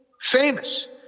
famous